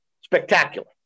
Spectacular